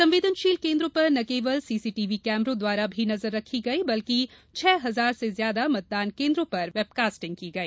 संवेदनशील केन्द्रों पर न केवल सीसीटीवी कैमरों द्वारा भी नजर रखी गई बल्कि छह हजार से ज्यादा मतदान केन्द्रों पर वैबकास्टिंग की गई